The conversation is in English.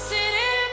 City